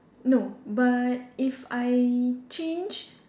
no but if I change